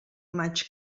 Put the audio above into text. maig